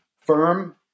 firm